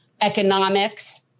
economics